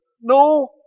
No